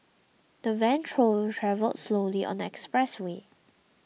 the van true travelled slowly on next expressway